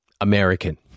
American